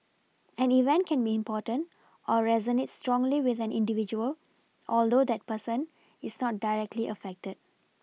an event can be important or resonate strongly with an individual although that person is not directly affected